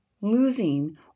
losing